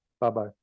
Bye-bye